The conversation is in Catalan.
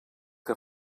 que